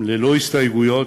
ללא הסתייגויות,